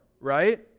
Right